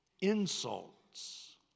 insults